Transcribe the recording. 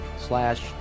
slash